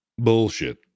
Bullshit